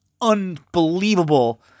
unbelievable